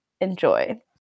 enjoy